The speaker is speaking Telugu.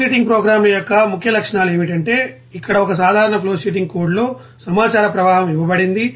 ఫ్లోషీటింగ్ ప్రోగ్రామ్ యొక్క ముఖ్య లక్షణాలు ఏమిటంటే ఇక్కడ ఒక సాధారణ ఫ్లోషీటింగ్ కోడ్లో సమాచార ప్రవాహం ఇవ్వబడింది